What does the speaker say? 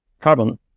carbon